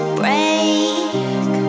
break